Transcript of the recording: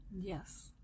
Yes